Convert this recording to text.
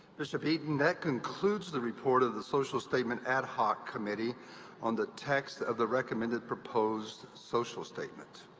bishop eaton, that concludes the report of the social statement ad hoc committee on the text of the recommended proposed social statement.